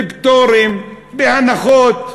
בפטורים, בהנחות.